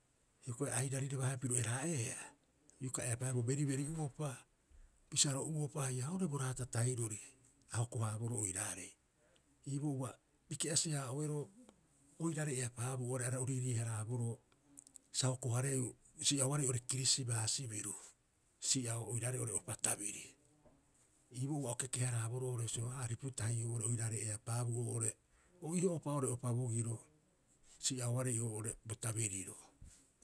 Hioko'i airariraba haia piru eraa'eea, ioka eapaaea beriberi'uopa, pisaro'uopa haia oo'ore bo raata tahirori, a hoko- haaboroo oiraarei. Iiboo ua biki'asi- haa'oeroo oirare eapaabuu areha o riirii- haraaboroo sa hoko- hareeu si'aoareii oo'ore kirisibaasi biru si'ao oiraarei oo'ore opa tabiri. Iiboo ua o keke- haraaboroo oo'ore bisio, aripu tahi oo'ore oiraarei eapaabuu oo'ore o iho'opa oo'ore opa bogiro si'aoarei oo'ore bo tabiriro.